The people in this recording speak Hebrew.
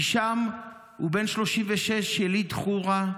הישאם הוא בן 36, יליד חורה.